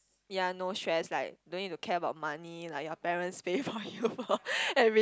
ya no stress like don't need to care about money like your parents pay for you every~